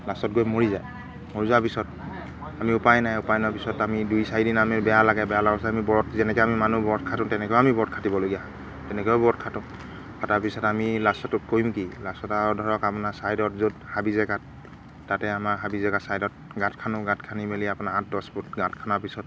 লাষ্টত গৈ মৰি যায় মৰি যোৱাৰ পিছত আমি উপায় নাই উপায় নোহোৱা পিছত আমি দুই চাৰিদিন আমি বেয়া লাগে বেয়া লগাৰ পিছত আমি ব্ৰত যেনেকৈ আমি মানুহ ব্ৰত খাটো তেনেকেও আমি ব্ৰত খাটিবলগীয়া হয় তেনেকৈও ব্ৰত খাটো তাৰপিছত আমি লাষ্টত কৰিম কি লাষ্টত আৰু ধৰক আপোনাৰ ছাইডত য'ত হাবি জেগাত তাতে আমাৰ হাবি জেগাত ছাইডত গাঁত খানো গাঁত খান্দি মেলি আপোনাৰ আঠ দহ ফুট গাঁত খান্দা পিছত